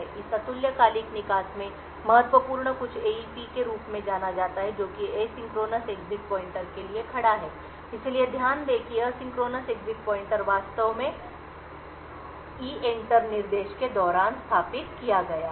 इस अतुल्यकालिक निकास में महत्वपूर्ण कुछ एईपी के रूप में जाना जाता है जो कि एसिंक्रोनस एक्ज़िट पॉइंटर के लिए खड़ा है इसलिए ध्यान दें कि एसिंक्रोनस एग्जिट पॉइंटर वास्तव में EENTER निर्देश के दौरान स्थापित किया गया है